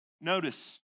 notice